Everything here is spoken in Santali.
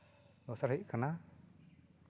ᱫᱚᱥᱟᱨ ᱦᱩᱭᱩᱜ ᱠᱟᱱᱟ